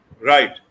Right